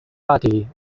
party